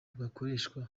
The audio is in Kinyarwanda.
bwakoreshwa